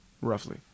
roughly